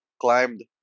climbed